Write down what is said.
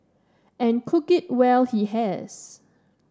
and cook it well he has